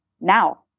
now